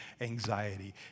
anxiety